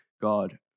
God